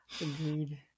Agreed